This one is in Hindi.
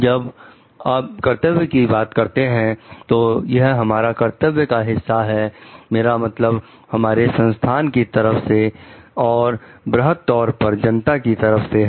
जब आप कर्तव्य की बात करते हैं तो यह हमारा कर्तव्य का हिस्सा है मेरा मतलब हमारे संस्थान की तरफ और बृहद तौर पर जनता की तरफ से है